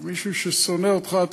מישהו ששונא אותך,